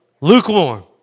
lukewarm